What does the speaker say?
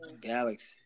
Galaxy